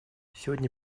сегодня